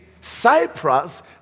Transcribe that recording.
Cyprus